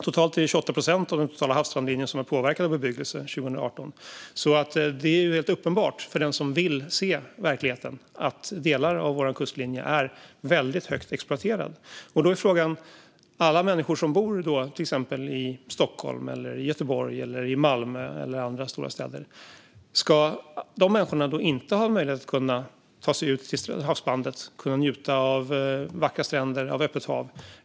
Totalt är det 28 procent av den totala havsstrandlinjen som var påverkad av bebyggelse år 2018. För den som vill se verkligheten är det helt uppenbart att delar av vår kustlinje är väldigt högt exploaterade. Då är frågan: Ska då alla de människor som bor i Stockholm, Göteborg, Malmö eller andra stora städer inte ha möjlighet att sig ut i havsbandet för att njuta av vackra stränder och öppet hav?